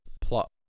plot